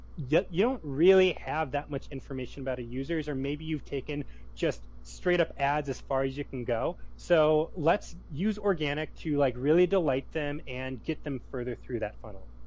yeah you don't really have that much information about a users. or maybe you've taken just straight-up ads as far as you can go. so, let's use organic to like really delight them and get them further through that funnel.